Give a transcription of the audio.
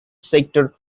sector